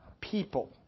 people